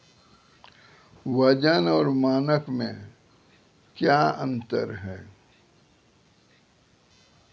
वजन और मानक मे क्या अंतर हैं?